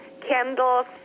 candles